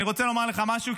ואני רוצה לומר לך משהו,